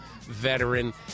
veteran